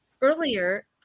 earlier